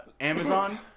Amazon